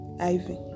Ivy